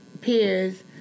peers